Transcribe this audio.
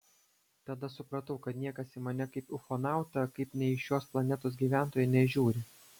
tada supratau kad niekas į mane kaip į ufonautą kaip ne į šios planetos gyventoją nežiūri